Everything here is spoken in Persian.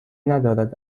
ندارد